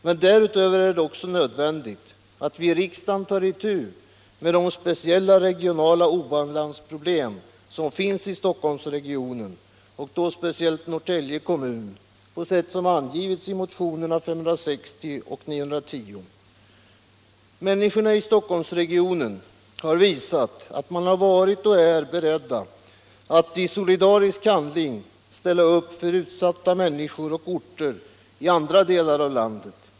Men därutöver är det nödvändigt att vi i riksdagen tar itu med de speciella regionala obalansproblem som finns i Stockholmsregionen, och då speciellt i Norrtälje kommun, på sätt som angivits i motionerna 560 och 910. Människorna i Stockholmsregionen har visat att de har varit och är beredda att i solidarisk handling ställa upp för utsatta människor och orter i andra delar av landet.